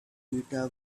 beta